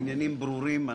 העניינים ברורים.